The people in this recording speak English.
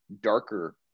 darker